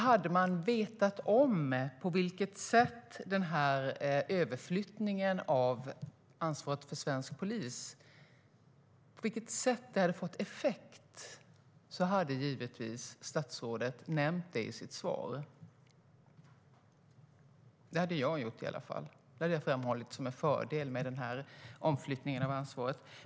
Hade man vetat om på vilket sätt denna överflyttning av ansvaret för svensk polis hade fått effekt hade givetvis statsrådet nämnt detta i sitt svar. Det skulle jag ha gjort i alla fall. Det hade jag framhållit som en fördel med omflyttningen av ansvaret.